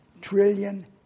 trillion